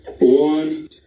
One